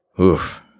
Oof